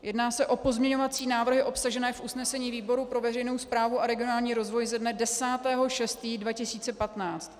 Jedná se o pozměňovací návrhy obsažené v usnesení výboru pro veřejnou správu a regionální rozvoj ze dne 10. 6. 2015.